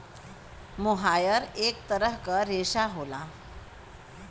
मोहायर इक तरह क रेशा होला